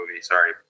Sorry